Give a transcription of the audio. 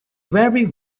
very